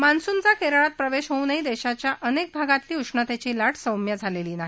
मान्सुनचा केरळात प्रवेश होऊनही देशाघ्या अनेक भागातली उष्णतेची लाट सौम्य झालेली नाही